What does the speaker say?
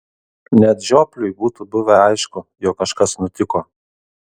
net žiopliui būtų buvę aišku jog kažkas nutiko